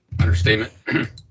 Understatement